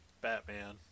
Batman